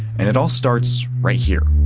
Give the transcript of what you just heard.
and it all starts right here,